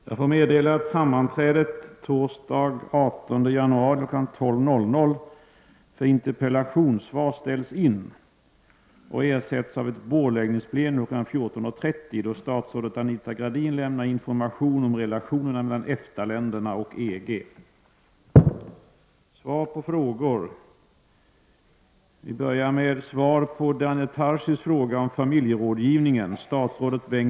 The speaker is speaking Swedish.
Jag får meddela att sammanträdet för interpellationssvar torsdagen den 18 januari kl. 12.00 ställs in och ersätts av ett bordläggningsplenum kl. 14.30, då statsrådet Anita Gradin lämnar information om relationerna mellan EFTA länderna och EG.